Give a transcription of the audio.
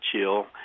chill